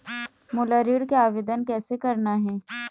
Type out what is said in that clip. मोला ऋण के आवेदन कैसे करना हे?